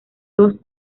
dos